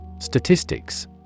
Statistics